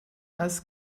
als